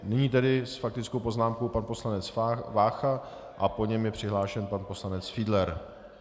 Nyní tedy s faktickou poznámkou pan poslanec Vácha a po něm je přihlášen pan poslanec Fiedler.